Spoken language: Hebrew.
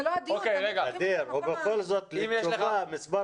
ע'דיר, ובכל זאת מספר